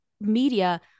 media